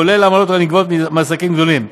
כולל העמלות הנגבות מעסקים גדולים,